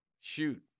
shoot